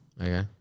Okay